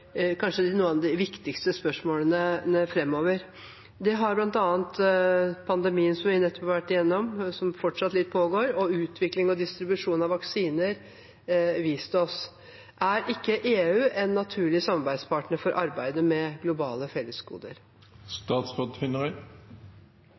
viktigste spørsmålene framover. Det har bl.a. pandemien som vi nettopp har vært gjennom, og som fortsatt pågår, og utvikling og distribusjon av vaksiner vist oss. Er ikke EU en naturlig samarbeidspartner for arbeidet med globale